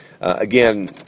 again